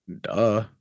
duh